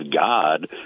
God